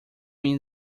mean